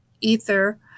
Ether